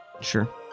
Sure